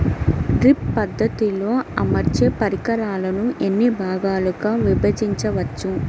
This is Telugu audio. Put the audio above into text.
డ్రిప్ పద్ధతిలో అమర్చే పరికరాలను ఎన్ని భాగాలుగా విభజించవచ్చు?